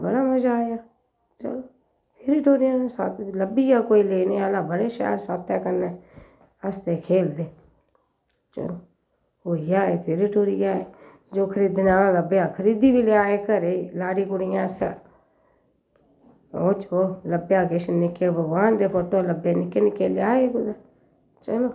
बड़ा मज़ा आया चलो फिरी टुरी आये लब्भी आ कोई लैने आह्ला बड़े शैल साथै कन्नै हस्सदे खेलदे होई आए फिरी टुरी आए जो खरीदने आह्ला लब्भेआ ओह् खरीदी बी ले आए घरै गी लाड़ी कुड़ियें आस्तै होर लब्भेआ किश भगवान दे फोटो लब्भे निक्के निक्के ले आए चलो